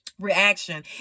reaction